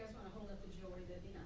hold up the jewelry that'd be